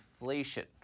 inflation